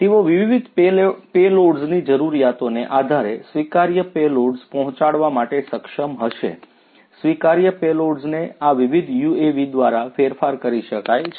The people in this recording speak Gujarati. તેઓ વિવિધ પેલોડ્સની જરૂરિયાતોને આધારે સ્વીકાર્ય પેલોડ્સ પહોંચાડવા માટે સક્ષમ હશે સ્વીકાર્ય પેલોડ્સને આ વિવિધ UAVs દ્વારા ફેરફાર કરી શકાય છે